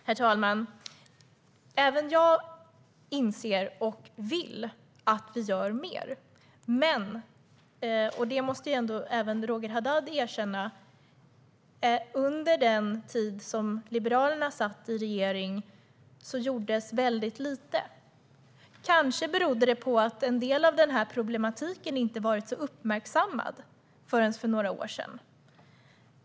Herr talman! Även jag inser att vi kan göra mer och vill att vi ska göra det. Men även Roger Haddad måste erkänna att under den tid som Liberalerna satt i regering gjordes väldigt lite. Kanske berodde det på att en del av problematiken inte varit så uppmärksammad förrän för några år sedan.